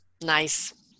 Nice